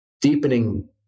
deepening